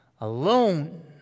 alone